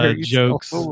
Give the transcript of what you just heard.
jokes